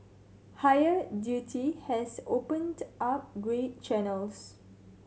higher duty has opened up grey channels